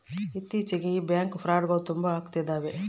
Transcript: ಇತ್ತೀಚಿಗೆ ಈ ಬ್ಯಾಂಕ್ ಫ್ರೌಡ್ಗಳು ತುಂಬಾ ಅಗ್ತಿದವೆ